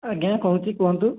ଆଜ୍ଞା କହୁଛି କୁହନ୍ତୁ